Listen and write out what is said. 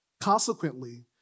Consequently